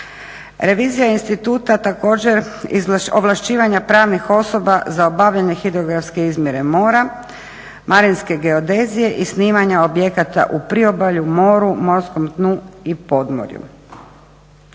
Revizija instituta također iz ovlašćivanja pravnih osoba za obavljanje hidrografske izmjere mora, marinske geodezije i snimanja objekata u priobalju, mora, morskom dnu i podmorju.